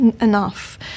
enough